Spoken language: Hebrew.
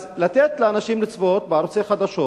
אז לתת לאנשים לצפות בערוצי חדשות.